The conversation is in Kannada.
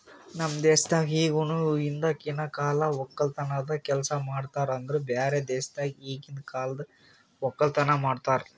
ನಮ್ ದೇಶದಾಗ್ ಇಗನು ಹಿಂದಕಿನ ಕಾಲದ್ ಒಕ್ಕಲತನದ್ ಕೆಲಸ ಮಾಡ್ತಾರ್ ಆದುರ್ ಬ್ಯಾರೆ ದೇಶದಾಗ್ ಈಗಿಂದ್ ಕಾಲದ್ ಒಕ್ಕಲತನ ಮಾಡ್ತಾರ್